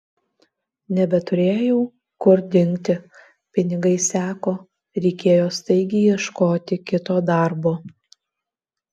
nebeturėjau kur dingti pinigai seko reikėjo staigiai ieškoti kito darbo